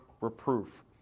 reproof